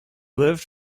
lived